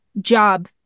job